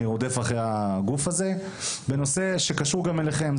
רודף אחרי הגוף הזה בנושא שקשור גם אליכם.